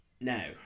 Now